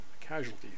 casualties